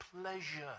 pleasure